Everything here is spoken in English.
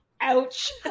ouch